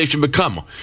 Become